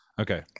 okay